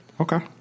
Okay